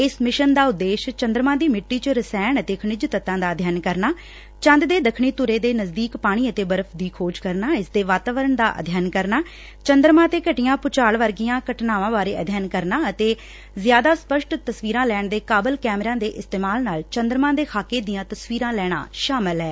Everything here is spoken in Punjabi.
ਇਸ ਮਿਸ਼ਨ ਦਾ ਉਦੇਸ਼ ਚੰਦਰਮਾ ਦੀ ਸਿੱਟੀ ਚ ਰਸਾਇਣਕ ਅਤੇ ਖਣਿਜ ਤੱਤਾ ਦਾ ਅਧਿਐਨ ਕਰਨਾ ਚੰਦ ਦੇ ਦੱਖਣੀ ਧੁਰੇ ਦੇ ਨੇੜੇ ਪਾਣੀ ਅਤੇ ਬਰਫ਼ ਦੀ ਖੋਜ ਕਰਨਾ ਇਸ ਦੇ ਵਾਤਾਵਰਣ ਅਧਿਐਨ ਕਰਨਾ ਚੰਦਰਮਾ ਤੇ ਘਟੀਆਂ ਭੁਚਾਲ ਵਰਗੀਆਂ ਘਟਨਾਵਾਂ ਬਾਰੇ ਅਧਿਐਨ ਕਰਨਾ ਅਤੇ ਜ਼ਿਆਦਾ ਸਪੱਸਟ ਤਸਵੀਰਾਂ ਲੈਣ ਦੇ ਕਾਬਿਲ ਕੈਮਰਿਆਂ ਦੇ ਇਸਤੇਮਾਲ ਨਾਲ ਚੰਦਰਮਾ ਦੇ ਖਾਕੇ ਦੀਆਂ ਤਸਵੀਰਾਂ ਲੈਣਾ ਸ਼ਾਮਲ ਐ